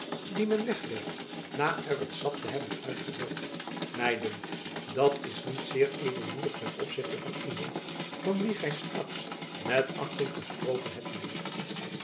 die men wegwerpt na er het sap te hebben uitgedrukt my dunkt dat is niet zeer edelmoedig ten opzichte van iemand van wien gy straks met achting gesproken hebt neef